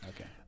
okay